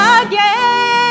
again